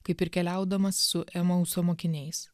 kaip ir keliaudamas su emauso mokiniais